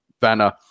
banner